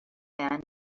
man